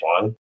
one